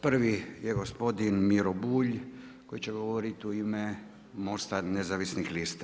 Prvi je gospodin Miro Bulj, kji će govoriti u ime Mosta nezavisnih lista.